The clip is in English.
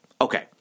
Okay